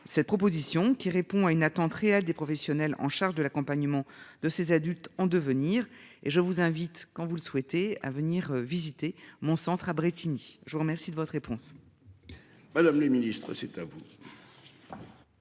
cette proposition qui répond à une attente réelle des professionnels en charge de l'accompagnement de ces adultes en devenir et je vous invite quand vous le souhaitez à venir visiter mon centre à Brétigny. Je vous remercie de votre réponse. Madame le Ministre c'est à vous.